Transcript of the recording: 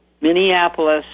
Minneapolis